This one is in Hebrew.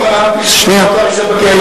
לא חלמתי ששר האוצר ישב בכלא,